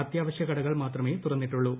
അത്യാവശ്യ കടകൾ മാത്രമേ തുറന്നിട്ടുള്ളു